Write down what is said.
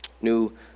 New